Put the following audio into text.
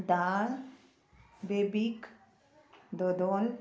दाळ बेबीक दोदोन